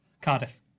Cardiff